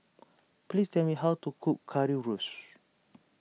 please tell me how to cook Currywurst